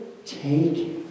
Take